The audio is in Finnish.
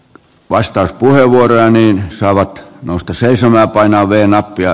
vastauspuheenvuoroja niin saavat nousta seisomaan leveämmät ja